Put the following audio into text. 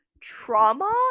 trauma